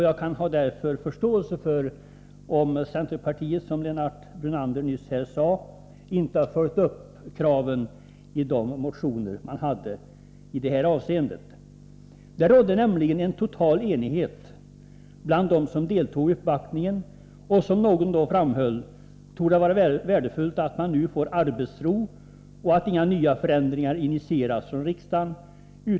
Jag har därför förståelse för om centerpartiet, som Lennart Brunander nyss sade, inte har följt upp kraven i de motioner som rör denna fråga. Det rådde nämligen en total enighet bland dem som deltog i uppvaktningen om att det, som någon då framhöll, torde vara värdefullt att man nu får arbetsro, och att inga nya förändringar initieras från riksdagen.